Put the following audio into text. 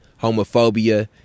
homophobia